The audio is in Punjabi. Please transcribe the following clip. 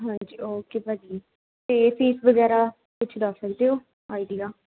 ਹਾਂਜੀ ਓਕੇ ਭਾਅ ਜੀ ਅਤੇ ਫੀਸ ਵਗੈਰਾ ਕੁਛ ਦੱਸ ਸਕਦੇ ਹੋ ਆਈਡੀਆ